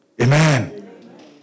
Amen